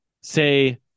say